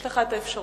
יש לך האפשרות.